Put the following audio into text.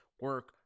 Work